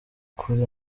kuri